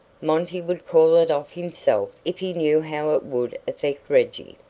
monty would call it off himself if he knew how it would affect reggie.